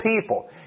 people